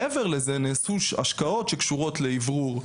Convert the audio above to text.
מעבר לזה נעשו השקעות שקשורות לאוורור,